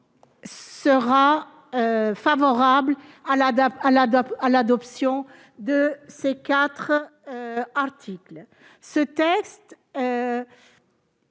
favorable à l'adoption de ces quatre articles. Ce texte